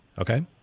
Okay